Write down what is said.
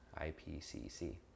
IPCC